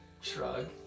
shrug